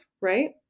Right